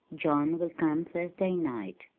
john will come thursday night,